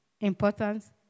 importance